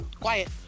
quiet